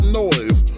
noise